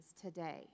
today